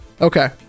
okay